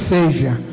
Savior